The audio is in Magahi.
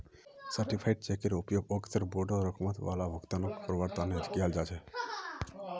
सर्टीफाइड चेकेर उपयोग अक्सर बोडो रकम वाला भुगतानक करवार तने कियाल जा छे